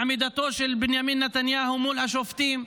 עמידתו של בנימין נתניהו מול השופטים,